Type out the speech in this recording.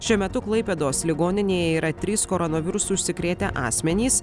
šiuo metu klaipėdos ligoninėje yra trys koronavirusu užsikrėtę asmenys